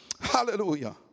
Hallelujah